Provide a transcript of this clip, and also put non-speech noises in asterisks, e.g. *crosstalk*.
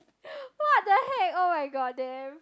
*noise* what the heck oh-my-god damn